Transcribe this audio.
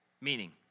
Meaning